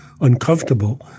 uncomfortable